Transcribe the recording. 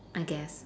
I guess